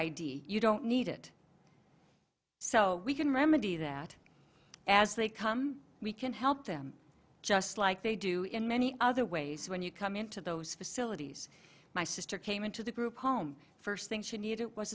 d you don't need it so we can remedy that as they come we can help them just like they do in many other ways so when you come into those facilities my sister came into the group home first thing she needed was